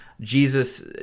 Jesus